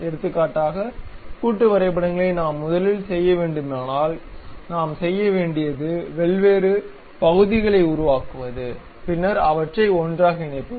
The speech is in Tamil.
எடுத்துக்காட்டாக கூட்டு வரைபடங்களை நாம் முதலில் செய்ய வேண்டுமானால் நாம் செய்ய வேண்டியது வெவ்வேறு பகுதிகளை உருவாக்குவது பின்னர் அவற்றை ஒன்றாக இணைப்பது